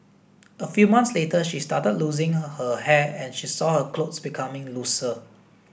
a few months later she started losing her hair and she saw her clothes becoming looser